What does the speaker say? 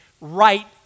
right